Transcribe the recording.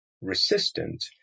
resistant